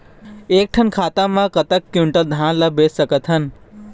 एक ठन खाता मा कतक क्विंटल धान ला बेच सकथन?